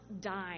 dying